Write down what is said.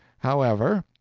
however,